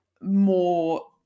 more